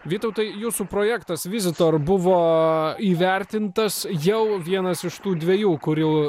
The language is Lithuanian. vytautai jūsų projektas visitor buvo įvertintas jau vienas iš tų dvejų kurių